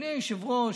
אדוני היושב-ראש,